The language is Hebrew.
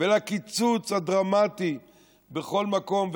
ולקיצוץ הדרמטי בכל מקום,